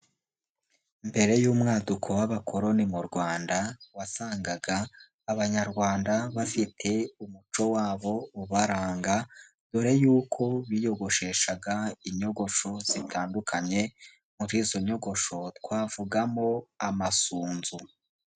Mbere y'umwaduko w'abakoroni mu Rwanda wasangaga Abanyarwanda bafite umuco wabo ubaranga mbere yuko biyogosheshaga inyogosho zitandukanye, muri izo nyogosho twavugamo amasunzu.